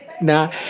nah